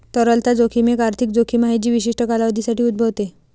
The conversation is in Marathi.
तरलता जोखीम एक आर्थिक जोखीम आहे जी विशिष्ट कालावधीसाठी उद्भवते